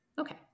Okay